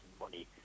money